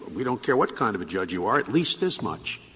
we don't care what kind of a judge you are, at least this much.